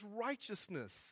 righteousness